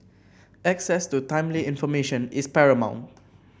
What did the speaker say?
access to timely information is paramount